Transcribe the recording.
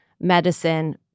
medicine